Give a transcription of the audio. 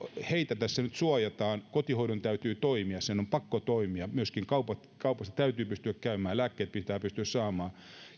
heitä tässä nyt suojataan kotihoidon täytyy toimia sen on pakko toimia myöskin kaupassa täytyy pystyä käymään ja lääkkeet pitää pystyä saamaan